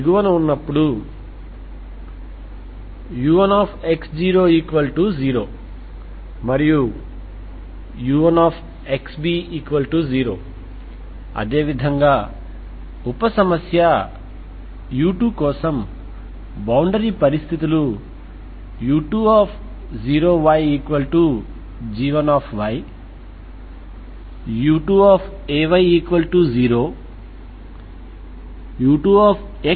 కాబట్టి మనం ఇక్కడ పరిష్కారాలను కనుగొనడానికి ప్రయత్నిద్దాం ఎందుకంటే ఇది ఇప్పటికే సెల్ఫ్అడ్ జాయింట్ రూపం కాబట్టి వాస్తవమైనది